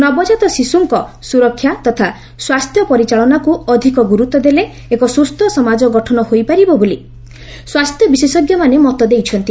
ନବଜାତ ଶିଶୁଙ୍କ ସୁରକ୍ଷା ତଥା ସ୍ୱାସ୍ଥ୍ୟ ପରିଚାଳନାକୁ ଅଧିକ ଗୁରୁତ୍ୱ ଦେଲେ ଏକ ସୁସ୍ଥ ସମାଜ ଗଠନ ହୋଇପାରିବ ବୋଲି ସ୍ୱାସ୍ଥ୍ୟବିଶେଷ ଦେଇଛନ୍ତି